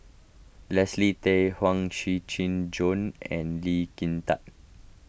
Leslie Tay Huang Shiqi Joan and Lee Kin Tat